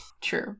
True